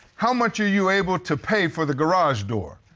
how much are you able to pay for the garage door?